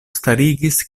starigis